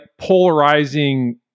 polarizing